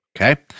okay